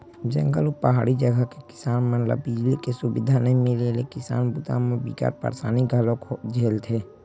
जंगल अउ पहाड़ी जघा के किसान मन ल बिजली के सुबिधा नइ मिले ले किसानी बूता म बिकट परसानी घलोक झेलथे